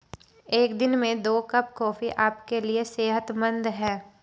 एक दिन में दो कप कॉफी आपके लिए सेहतमंद है